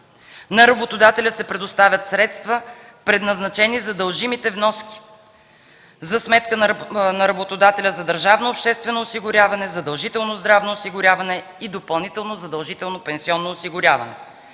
на работодателя се предоставят средства, предназначени за дължимите вноски за сметка на работодателя за държавно обществено осигуряване, задължително здравно осигуряване и допълнително задължително пенсионно осигуряване